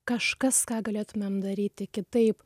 kažkas ką galėtumėm daryti kitaip